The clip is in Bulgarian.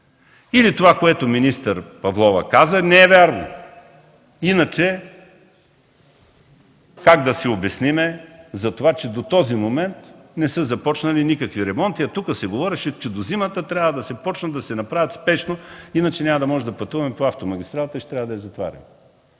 или това, което министър Павлова казва, не е вярно. Иначе как да си обясним това, че до този момент не са започнали никакви ремонти, а тук се говореше, че до зимата трябва да се започнат, да се направят спешно, иначе няма да можем да пътуваме по автомагистралата и ще трябва да я затваряме.